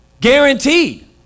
Guaranteed